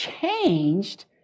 changed